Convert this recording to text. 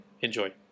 Enjoy